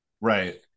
Right